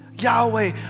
Yahweh